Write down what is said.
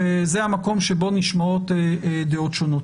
שזה המקום שבו נשמעות דעות שונות.